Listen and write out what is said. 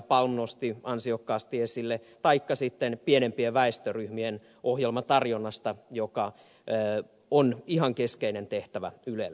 palm nosti ansiokkaasti esille taikka sitten pienempien väestöryhmien ohjelmatarjonnasta joka on ihan keskeinen tehtävä ylelle